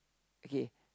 okay